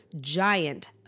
giant